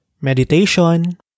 meditation